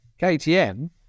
KTM